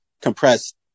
compressed